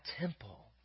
temple